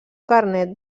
carnet